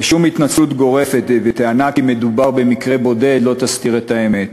ושום התנצלות גורפת בטענה כי מדובר במקרה בודד לא תסתיר את האמת.